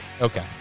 Okay